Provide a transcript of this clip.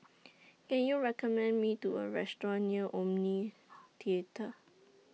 Can YOU recommend Me A Restaurant near Omni Theatre